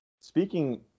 speaking